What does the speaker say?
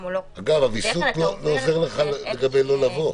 הוויסות לא עוזר לך לא לבוא.